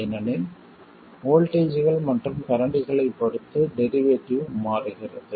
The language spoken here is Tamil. ஏனெனில் வோல்ட்டேஜ்கள் மற்றும் கரண்ட்களைப் பொறுத்து டெரிவேட்டிவ் மாறுகிறது